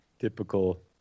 Typical